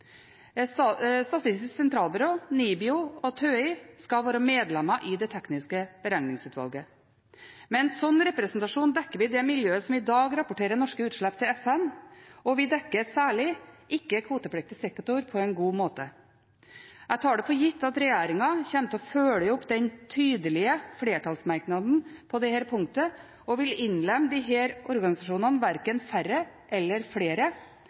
Statistisk sentralbyrå, NIBIO og TØI skal være medlemmer i det tekniske beregningsutvalget. Med en slik representasjon dekker vi det miljøet som i dag rapporterer om norske utslipp til FN, og vi dekker særlig ikke-kvotepliktig sektor på en god måte. Jeg tar det for gitt at regjeringen kommer til å følge opp den tydelige flertallsmerknaden på dette punktet, og vil innlemme disse organisasjonene – verken færre eller flere